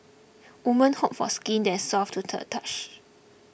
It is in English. woman hope for skin that is soft to the touch